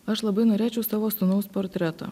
aš labai norėčiau savo sūnaus portreto